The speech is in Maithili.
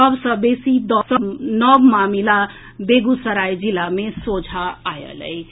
सभ सॅ बेसी दस नव मामिला बेगूसराय जिला मे सोझा आयल अछि